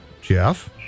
Jeff